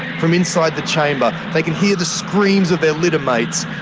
from inside the chamber they can hear the screams of their litter mates,